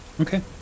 Okay